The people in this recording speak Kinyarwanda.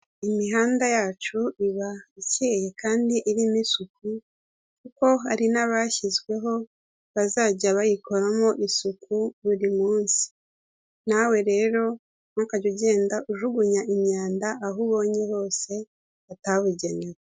Imihanda yacu iba ikeye kandi irimo isuku, kuko hari n'abashyizweho bazajya bayikoramo isuku buri munsi. Nawe rero ntukajye ugenda ujugunya imyanda aho ubonye hose batabugenewe.